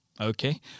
Okay